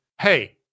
hey